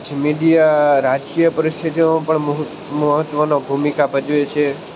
પછી મીડિયા રાજકીય પરિસ્થિતિઓમાં પણ મહ મહત્ત્વનો ભૂમિકા ભજવે છે